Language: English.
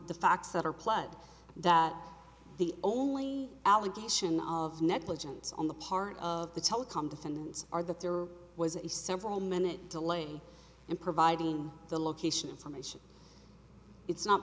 the facts that are plugged that the only allegation of negligence on the part of the telecom defendants are that there was a several minute delay in providing the location information it's not